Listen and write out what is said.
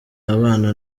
abana